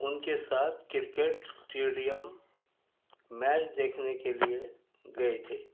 اُن کے ساتھ کرکٹ اسٹیڈیم میچ دیکھنے کے لیے گئے تھے